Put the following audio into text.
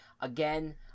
again